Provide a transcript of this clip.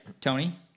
Tony